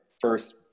first